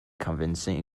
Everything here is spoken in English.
convincing